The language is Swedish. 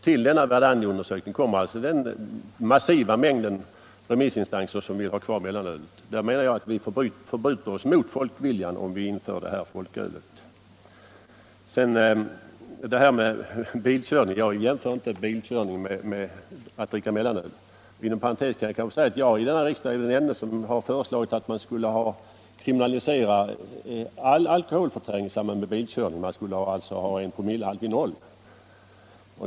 Till Verdandiundersökningen kommer alltså den massiva mängden re missinstanser som vill ha kvar mellanölet. Jag menar att vi förbryter oss mot folkviljan om vi inför ett folköl. Jag jämför inte bilkörning med att dricka mellanöl. Inom parentes kan jag kanske säga att jag är den ende i denna riksdag som föreslagit att man skulle kriminalisera all alkoholförtäring i samband med bilkörning, dvs. att man skulle sätta promillehalten till noll.